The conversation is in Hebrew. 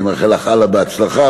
אני מאחל לך הלאה בהצלחה,